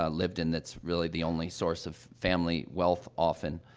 ah lived in that's really the only source of family wealth, often.